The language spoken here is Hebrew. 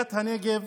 מאוכלוסיית הנגב